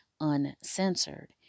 uncensored